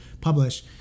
publish